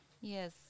yes